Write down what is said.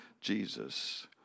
Jesus